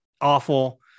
awful